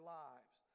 lives